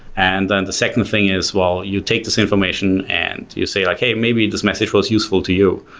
and then the second thing is well, you take this information and you say like, hey, maybe this message was useful to you.